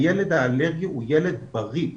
הילד האלרגי הוא ילד בריא,